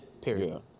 period